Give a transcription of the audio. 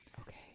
okay